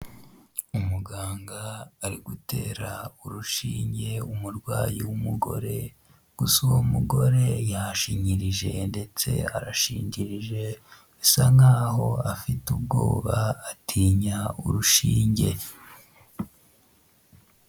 Umuganga ari gutera urushinge umurwayi w'umugore, gusa uwo mugore yashinyirije ndetse arashingirije asa nkaho afite ubwoba atinya urushinge.